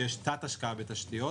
שיש תת השקעה בתשתיות,